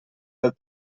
del